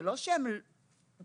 זה לא שהם פוחדים